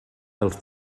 dels